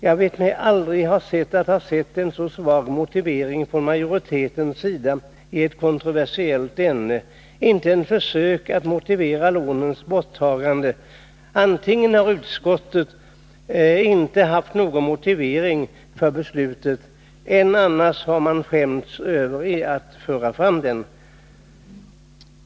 Jag vet mig aldrig ha sett en så svag motivering från majoritetens sida i ett kontroversiellt ämne. Man har inte ens gjort ett försök att motivera lånens borttagande. Antingen har utskottet inte haft någon motivering för beslutet, eller också har man skämts över att föra fram den.